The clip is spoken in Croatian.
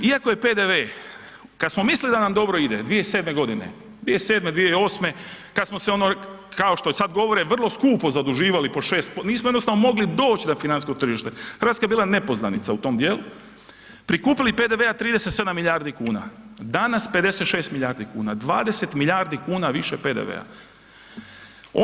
Iako je PDV, kada smo mislili da nam dobro ide 2007. godine, 2007., 2008. kada smo se ono kao što sada govore vrlo skupo zaduživali po 6, nismo jednostavno mogli na financijsko tržište, Hrvatska je bila nepoznanica u tom dijelu, prikupili PDV-a 37 milijardi kuna, danas 56 milijardi kuna, 20 milijardi kuna više PDV-a.